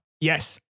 Yes